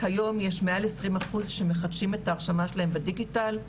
כיום יש מעל 20 אחוז שמחדשים את ההרשמה שלהם בדיגיטל.